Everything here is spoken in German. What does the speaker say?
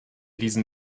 diesen